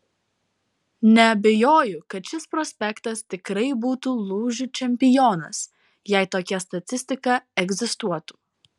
neabejoju kad šis prospektas tikrai būtų lūžių čempionas jei tokia statistika egzistuotų